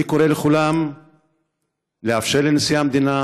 אני קורא לכולם לאפשר לנשיא המדינה